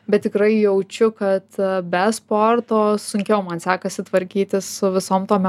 bet tikrai jaučiu kad be sporto sunkiau man sekasi tvarkytis su visom tom